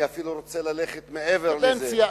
אני אפילו רוצה ללכת מעבר לזה.